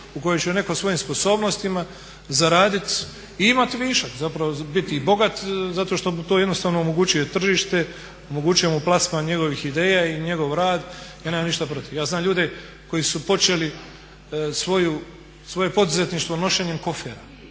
u kojem će netko svojim sposobnostima zaradit i imat višak. Zapravo biti i bogat zato što mu to jednostavno omogućuje tržište, omogućuje mu plasman njegovih ideja i njegov rad. Ja nemam ništa protiv. Ja znam ljude koji su počeli svoje poduzetništvo nošenjem kofera,